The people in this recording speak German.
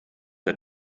der